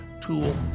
tool